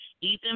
Ethan